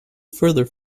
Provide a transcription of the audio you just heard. further